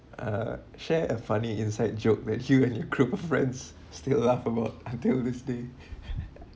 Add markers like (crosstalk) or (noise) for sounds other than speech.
uh share a funny inside joke that you and your group of friends still laugh about until this day (laughs)